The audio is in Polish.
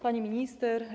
Pani Minister!